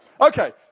Okay